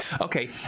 Okay